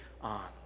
on